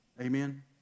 Amen